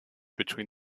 between